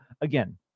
again